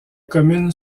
commune